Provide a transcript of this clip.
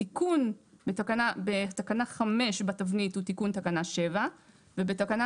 התיקון בתקנה 5 בתבנית הוא תיקון תקנה 7. ובתקנה